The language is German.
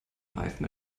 reifen